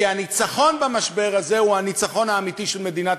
כי הניצחון במשבר הזה הוא הניצחון האמיתי של מדינת